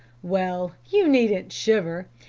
well, you needn't shiver.